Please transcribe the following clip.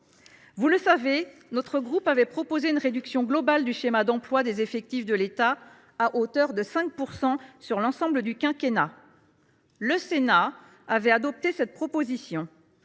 collègues, notre groupe avait proposé une réduction globale du schéma d’emplois des effectifs de l’État, à hauteur de 5 % sur l’ensemble du quinquennat. Le Sénat avait adopté cette proposition.